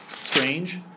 Strange